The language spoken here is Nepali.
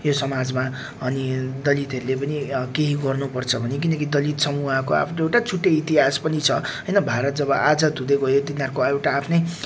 यो समाजमा अनि दलितहरूले पनि केही गर्नुपर्छ भन्ने किनकि दलित समूहको आफ्नो एउटा छुट्टै इतिहास पनि छ होइन भारत जब आजाद हुँदै गयो तिनीहरूको एउटा आफ्नै